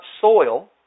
soil